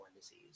disease